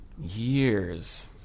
years